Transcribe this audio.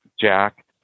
jack